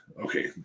Okay